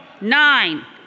nine